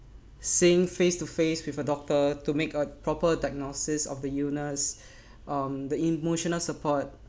seeing face to face with a doctor to make a proper diagnosis of the illness um the emotional support